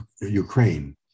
Ukraine